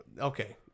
Okay